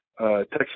Texas